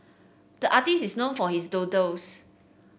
the artist is known for his doodles